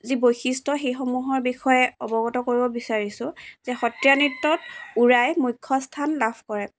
যি বৈশিষ্ট্য সেইসমূহৰ বিষয়ে অৱগত কৰিব বিচাৰিছোঁ যে সত্ৰীয়া নৃত্যত উৰাই মুখ্য স্থান লাভ কৰে